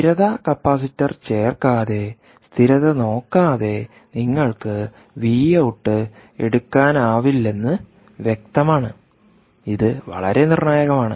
സ്ഥിരത കപ്പാസിറ്റർ ചേർക്കാതെ സ്ഥിരത നോക്കാതെ നിങ്ങൾക്ക് വി ഔട്ട് എടുക്കാനാവില്ലെന്ന് വ്യക്തമാണ് ഇത് വളരെ നിർണായകമാണ്